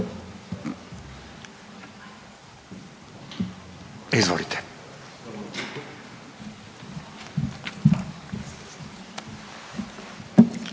Izvolite.